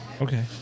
Okay